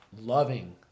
loving